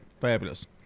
Fabulous